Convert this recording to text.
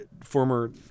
former